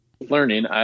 learning